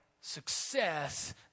success